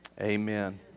amen